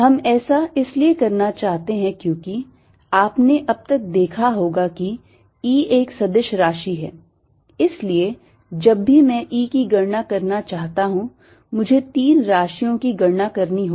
हम ऐसा इसलिए करना चाहते हैं क्योंकि आपने अब तक देखा होगा कि E एक सदिश राशि है इसलिए जब भी मैं E की गणना करना चाहता हूँ मुझे तीन राशियों की गणना करनी होगी